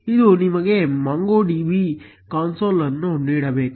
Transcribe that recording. ಇದು ನಿಮಗೆ MongoDB console ಅನ್ನು ನೀಡಬೇಕು